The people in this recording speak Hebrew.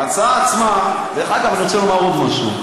ההצעה עצמה, דרך אגב, אני רוצה לומר עוד משהו.